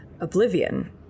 oblivion